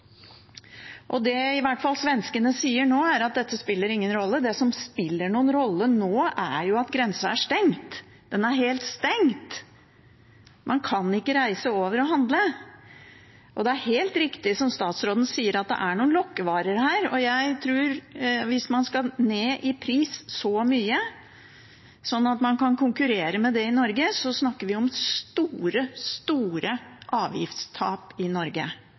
Det i hvert fall svenskene sier nå, er at dette spiller ingen rolle. Det som spiller noen rolle nå, er jo at grensa er stengt. Den er helt stengt, man kan ikke reise over og handle. Det er helt riktig som statsråden sier, at det er noen lokkevarer her. Jeg tror at hvis man skal gå så mye ned i pris, sånn at man kan konkurrere med det i Norge, snakker vi om store, store avgiftstap for Norge.